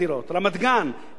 1,122 דירות,